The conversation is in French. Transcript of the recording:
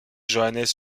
johannes